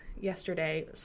yesterday